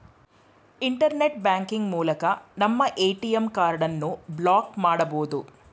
internet banking ಮೂಲಕ ನಮ್ಮ ATM ಕಾರ್ಡನ್ನು ಬ್ಲಾಕ್ ಮಾಡಬೊದು